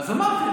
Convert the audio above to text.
אני אמרתי,